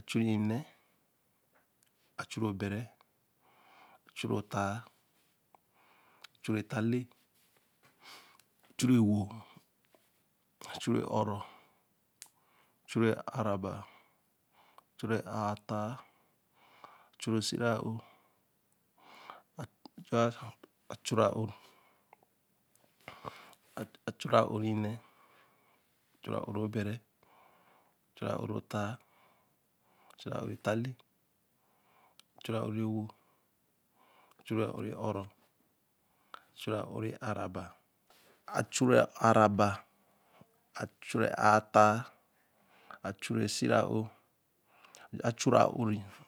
a-chuu rēe n̄ne, a chuu rēe o bere, chuu reē ttāa, chuu reē o-rō, chuu rēe aā ra ba chuu rēe aā ttāa, chuu rēe siē ra. ō chuu reē ā-ō, chuu reē ā-ō re n̄ne, chuu reē ā-ōre bere, chuu reē ā-ōre ttaā, chuu reē ā-ōre ttaa leē, chuu reē ā-ōre e-wo, chuu reē ā-ō re ō-ro, chuu reē ā-ō re aā raba, a chuu reē aā ra ba, a- chuu reē aā ttaā, a- chuu reē siē ra ō, a chuu reē ō re nn̄e.